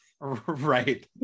Right